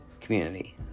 community